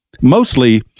mostly